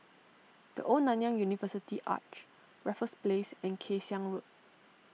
the Old Nanyang University Arch Raffles Place and Kay Siang Road